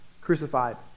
crucified